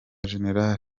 gen